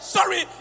Sorry